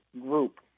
group